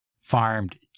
farmed